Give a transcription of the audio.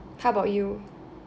how about you